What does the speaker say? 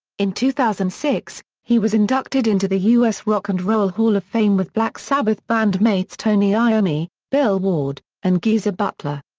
in two thousand and six, he was inducted into the us rock and roll hall of fame with black sabbath band mates tony iommi, bill ward, and geezer butler.